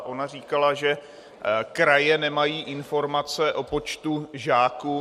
Ona říkala, že kraje nemají informace o počtu žáků.